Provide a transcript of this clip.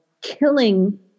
killing